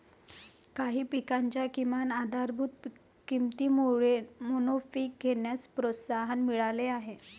काही पिकांच्या किमान आधारभूत किमतीमुळे मोनोपीक घेण्यास प्रोत्साहन मिळाले आहे